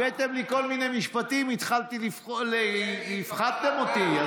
הבאתם לי כל מיני משפטים, הפחדתם אותי.